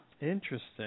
Interesting